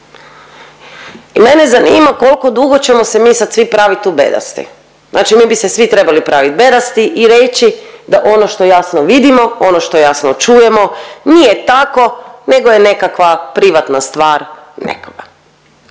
I mene zanima kolko dugo ćemo se mi sad svi pravit tu bedasti, znači mi bi se svi trebali praviti bedasti i reći da ono što jasno vidimo, ono što jasno čujemo nije tako nego je nekakva privatna stvar nekoga.